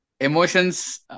emotions